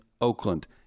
Oakland